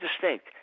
distinct